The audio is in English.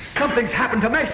something's happened to m